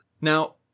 Now